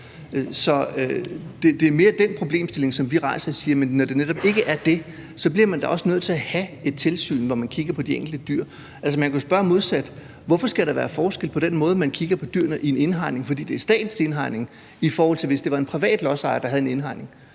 Så det er mere den problemstilling, som vi rejser ved at sige, at når det netop ikke er det, bliver man da også nødt til at have et tilsyn, hvor man kigger på de enkelte dyr. Altså, man kunne spørge modsat: Hvorfor skal der være forskel på den måde, man kigger på dyrene på i en indhegning, hvor det er statens indhegning, i forhold til måden, man kigger på dyrene på, hvor det er en privat lodsejer, der har en indhegning?